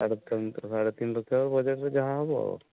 ସାଢେ ତିନି ସାଢେ ତିନି ଲକ୍ଷ ବଜେଟ୍ରେ ଯାହା ହେବ